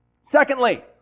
Secondly